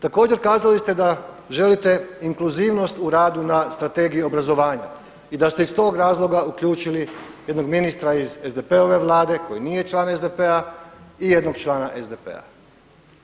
Također kazali ste da želite inkluzivnost u radu na Strategiji obrazovanja i da ste iz tog razloga uključili jednog ministra iz SDP-ove Vlade koji nije član SDP-a i jednog člana SDP-a.